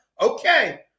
okay